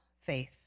faith